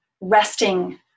resting